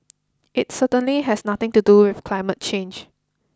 it certainly has nothing to do with climate change